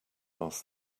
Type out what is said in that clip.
asked